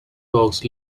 dogs